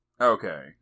Okay